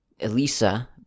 Elisa